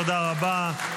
תודה רבה.